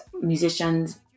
musicians